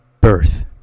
birth